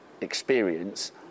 experience